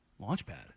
Launchpad